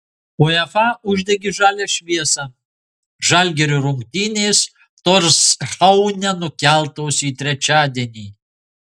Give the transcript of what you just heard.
uefa uždegė žalią šviesą žalgirio rungtynės torshaune nukeltos į trečiadienį